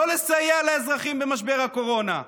לא לסייע לאזרחים במשבר הקורונה.